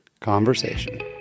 conversation